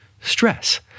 stress